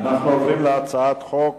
אנחנו עוברים להצעת חוק